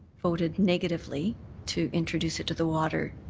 voted negatively to introduce it to the water.